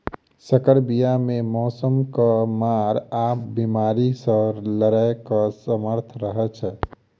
सँकर बीया मे मौसमक मार आ बेमारी सँ लड़ैक सामर्थ रहै छै